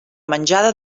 menjada